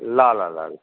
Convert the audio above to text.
ल ल ल ल